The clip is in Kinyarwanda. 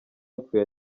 apfuye